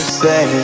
say